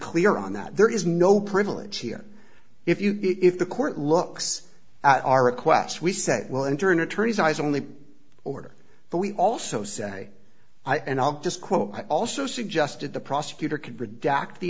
clear on that there is no privilege here if you if the court looks at our requests we said we'll enter an attorney's eyes only order but we also say i'll just quote i also suggested the prosecutor can redact the